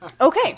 Okay